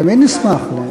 תמיד נשמח.